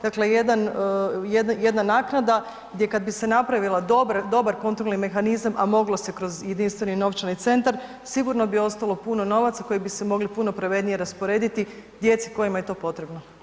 Dakle, jedan, jedna naknada gdje kad bi se napravio dobar kontrolni mehanizam, a moglo se kroz jedinstveni novčani centar sigurno bi ostalo puno novaca koji bi se moglo puno pravednije rasporediti djeci kojima je to potrebno.